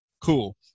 cool